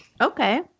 Okay